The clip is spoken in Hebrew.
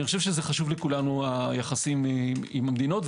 אני חושב שחשוב לכולנו היחסים עם המדינות.